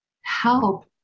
help